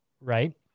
right